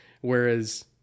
Whereas